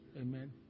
Amen